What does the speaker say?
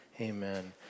amen